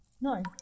No